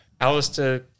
Alistair